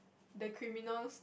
the criminals